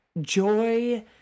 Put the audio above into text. joy